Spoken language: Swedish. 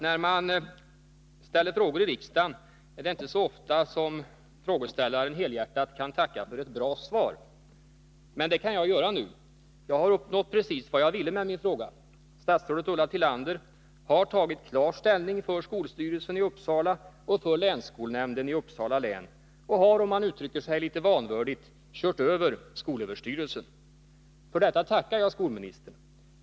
När man ställer frågor i riksdagen är det inte så ofta som frågeställaren helhjärtat kan tacka för ett bra svar. Men— det kan jag göra nu. Jag har uppnått precis vad jag ville med min fråga. Statsrådet Ulla Tillander har tagit klar ställning för skolstyrelsen i Uppsala och för länsskolnämnden i Uppsala län och har, om man uttrycker sig litet vanvördigt, ”kört över” skolöverstyrelsen. För detta tackar jag skolministern.